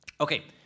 Okay